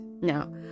Now